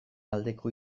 aldeko